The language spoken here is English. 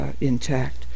intact